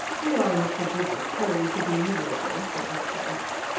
you are in a prodigious hurry to be miserable, said dr. x.